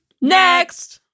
Next